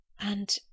And